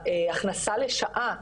ההכנסה לשעה,